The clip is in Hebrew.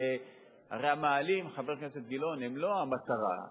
הרי המאהלים, חבר הכנסת גילאון, הם לא המטרה,